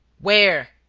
where?